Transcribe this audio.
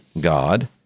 God